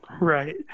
right